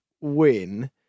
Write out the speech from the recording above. win